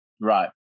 Right